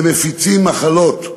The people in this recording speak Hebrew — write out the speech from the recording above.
והם 'מפיצים מחלות',